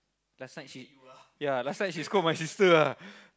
last night she ya last night she scold my sister ah